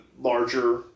larger